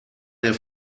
der